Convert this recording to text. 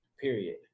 period